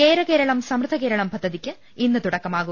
കേരകേരളം സമൃദ്ധകേരളം പദ്ധതിക്ക് ഇന്ന് തുടക്കമാവും